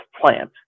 plant